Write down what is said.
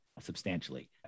Substantially